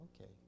Okay